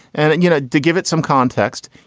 and, and you know, to give it some context.